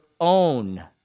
own